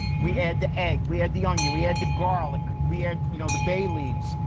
we add the egg, we add the onion, we add the garlic, we add you know the bay leaves.